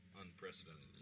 unprecedented